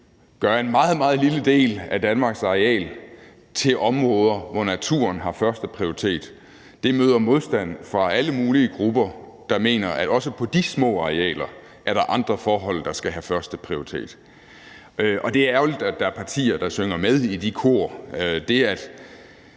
meget, meget lille del af Danmarks areal til områder, hvor naturen har førsteprioritet, møder modstand fra alle mulige grupper, der mener, at også på de små arealer er der andre forhold, der skal have førsteprioritet. Det er ærgerligt, at der er partier, der synger med i de kor.